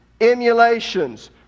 emulations